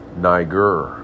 Niger